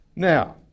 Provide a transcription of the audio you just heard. Now